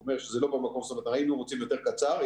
היינו רוצים יותר קצר.